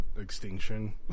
extinction